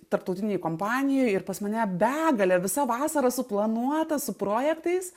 tarptautinėj kompanijoj ir pas mane begalė visa vasara suplanuota su projektais